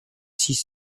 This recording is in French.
six